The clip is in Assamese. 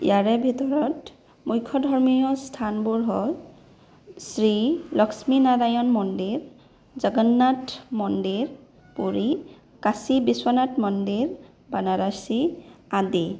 ইয়াৰে ভিতৰত মূখ্য ধৰ্মীয় স্থানবোৰ হ'ল শ্ৰী লক্ষ্মীনাৰায়ণ মন্দিৰ জগন্নাথ মন্দিৰ পুৰি কাশী বিশ্বনাথ মন্দিৰ বাণাৰসী আদি